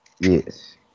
Yes